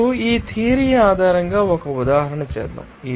ఇప్పుడు ఈ థియరీ ఆధారంగా ఒక ఉదాహరణ చేద్దాం